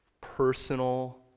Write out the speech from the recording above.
personal